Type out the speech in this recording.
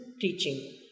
teaching